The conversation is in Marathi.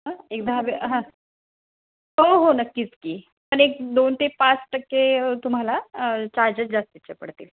हां एक दहा व हां हो हो नक्कीच की पण एक दोन ते पाच टक्के तुम्हाला चार्जेस जास्तीचे पडतील